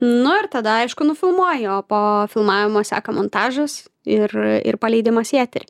nu ir tada aišku nufilmuoji o po filmavimo seka montažas ir ir paleidimas į eterį